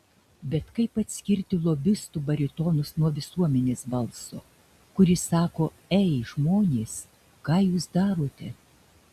bet kaip atskirti lobistų baritonus nuo visuomenės balso kuris sako ei žmonės ką jūs darote